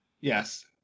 Yes